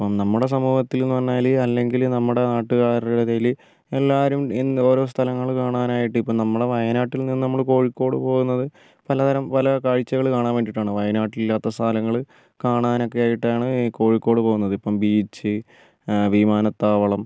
ഇപ്പം നമ്മുടെ സമൂഹത്തിലെന്ന് പറഞ്ഞാൽ അല്ലെങ്കിൽ നമ്മുടെ നാട്ടുകാരുടെ ഇടയിൽ എല്ലാവരും എന്താ ഓരോ സ്ഥലങ്ങൾ കാണാനായിട്ട് ഇപ്പം നമ്മുടെ വയനാട്ടിൽ നിന്ന് നമ്മൾ കോഴിക്കോട് പോകുന്നത് പലതരം പല കാഴ്ചകൾ കാണാൻ വേണ്ടിട്ടാണ് വയനാട്ടിൽ ഇല്ലാത്ത സ്ഥലങ്ങൾ കാണാനൊക്കെയായിട്ടാണ് കോഴിക്കോട് പോകുന്നത് ഇപ്പം ബീച്ച് വിമാനത്താവളം